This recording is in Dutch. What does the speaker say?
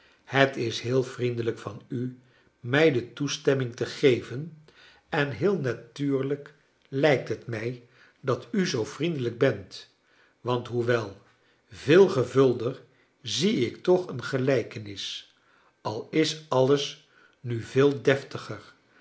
het is heel vriendelijk van u mij de toestemming te geven en heel natuurlijk lijkt het mij dat u zoo vriendelijk bent want hoewel veel gevulder zie ik toch een gelijkenis al is alles nu veel deftiger